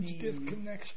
disconnection